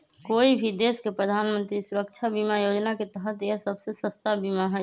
कोई भी देश के प्रधानमंत्री सुरक्षा बीमा योजना के तहत यह सबसे सस्ता बीमा हई